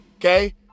Okay